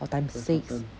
or times six